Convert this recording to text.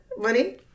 money